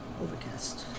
Overcast